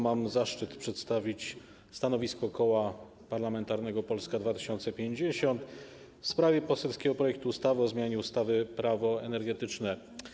Mam zaszczyt przedstawić stanowisko Koła Parlamentarnego Polska 2050 w sprawie poselskiego projektu ustawy o zmianie ustawy - Prawo energetyczne.